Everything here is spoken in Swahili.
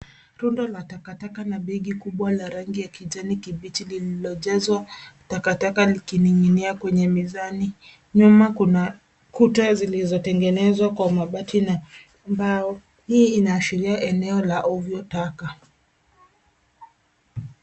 Rundo la takataka na begi kubwa la kijani kibichi lililojazwa takataka likining'inia kwenye mizani .Nyuma kuna kuta zilizotegenezwa kwa mabati na mbao. Hii inaashiria eneo la uvui taka.